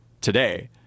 today